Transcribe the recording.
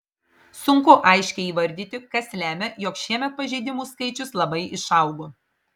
sunku aiškiai įvardyti kas lemia jog šiemet pažeidimų skaičius labai išaugo